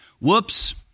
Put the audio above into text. Whoops